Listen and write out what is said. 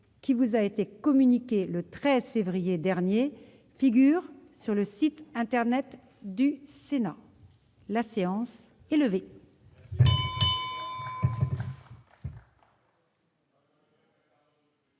qui vous a été communiqué le 13 février dernier, figure sur le site internet du Sénat. Personne ne